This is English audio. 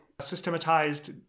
systematized